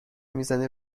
میزنه